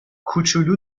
کوچولو